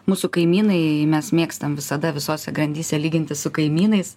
mūsų kaimynai mes mėgstam visada visose grandyse lyginti su kaimynais